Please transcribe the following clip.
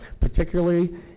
particularly